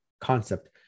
concept